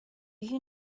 you